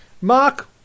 Mark